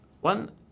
one